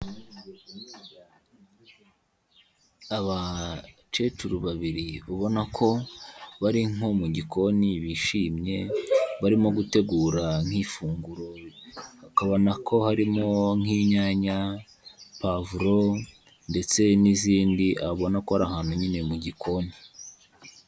Abakecuru babiri ubona ko bari nko mu gikoni bishimye barimo gutegura nk'ifunguro, ukabona ko harimo nk'inyanya, pavuro ndetse n'izindi, ubona ko ari ahantu nyine mu gikoni.